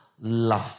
Love